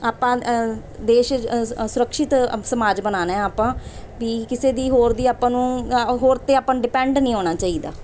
ਆਪਾਂ ਦੇਸ਼ ਸੁਰੱਖਿਅਤ ਸਮਾਜ ਬਣਾਉਣਾ ਆਪਾਂ ਵੀ ਕਿਸੇ ਦੀ ਹੋਰ ਦੀ ਆਪਾਂ ਨੂੰ ਹੋਰ 'ਤੇ ਆਪਾਂ ਨੂੰ ਡਿਪੈਂਡ ਨਹੀਂ ਹੋਣਾ ਚਾਹੀਦਾ